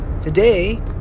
today